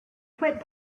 quit